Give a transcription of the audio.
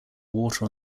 water